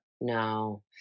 No